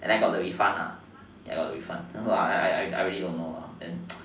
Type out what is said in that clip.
and then I got the refund ya I got the refund I I I really don't know lah then